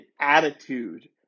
attitude